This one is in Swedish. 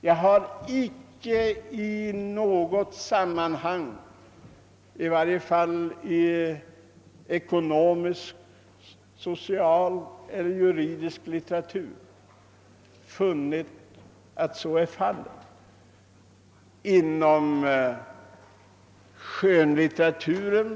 Jag har inte i något sammanhang — i varje fall inte i den ekonomiska, sociala eller juridiska litteraturen — funnit att så är. Kanske kan man finna exempel på det inom skönlitteraturen.